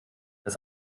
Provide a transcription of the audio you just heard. das